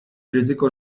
ryzyko